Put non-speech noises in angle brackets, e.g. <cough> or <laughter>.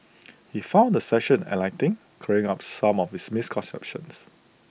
<noise> he found the session enlightening clearing up some of his misconceptions